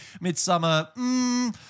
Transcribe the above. Midsummer